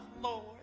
Lord